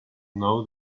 know